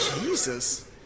Jesus